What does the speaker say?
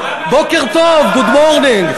בוקר טוב, good morning.